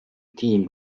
team